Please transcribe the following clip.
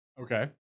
okay